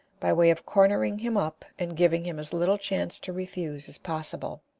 by way of cornering him up and giving him as little chance to refuse as possible,